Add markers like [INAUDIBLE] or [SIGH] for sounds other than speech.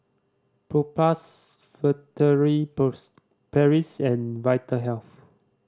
Propass Furtere [UNINTELLIGIBLE] Paris and Vitahealth